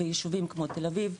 ביישובים כמו תל אביב,